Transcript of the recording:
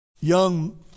young